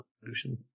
solution